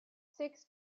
six